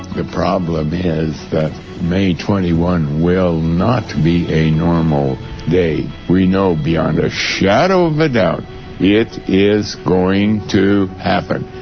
the problem is that may twenty one will not be a normal day. we know beyond a shadow of a doubt it is going to happen,